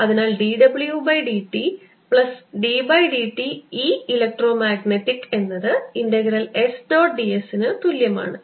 അതിനാൽ d w by d t plus d by d t E electromagnetic എന്നത് integral S dot d S ന് തുല്യമാണ്